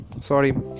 sorry